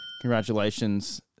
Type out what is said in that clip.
Congratulations